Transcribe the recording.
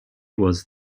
was